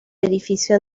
edificio